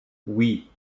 oui